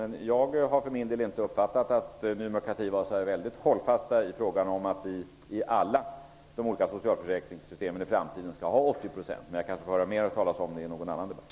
För min del har jag inte uppfattat att Ny demokrati är så särskilt hållfast när det gäller en 80 procentsnivå i alla olika socialförsäkringssystem i framtiden. Men det kanske jag får höra mera om i någon annan debatt.